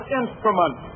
instrument